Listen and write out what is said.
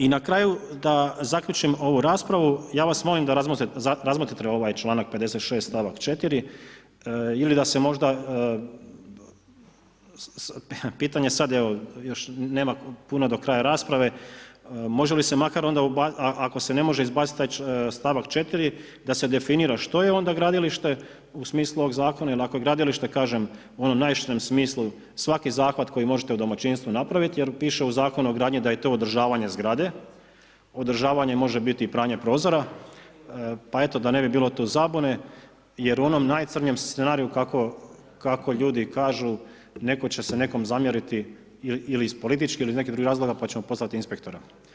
I na kraju da zaključim ovu raspravu, ja vas molim da razmotrite ovaj članak 56. stavak 4. ili da se možda, pitanje sad, evo još nema puno do kraja rasprave, može li se makar onda ubaciti, ako se ne može izbaciti taj stavak 4., da se definira što je onda gradilište u smislu ovog zakona jer ako je gradilište kažem, ono u najširem smislu svaki zahvat koji možete u domaćinstvu napraviti jer piše u Zakonu o gradnji da je to održavanje zgrade, održavanje može biti i pranje prozora, pa eto, da ne bi bilo tu zabune jer u onom najcrnjem scenariju kako ljudi kažu, neko će se nekom zamjeriti ili iz političkih ili nekih drugih razloga pa ćemo pozvati inspektora.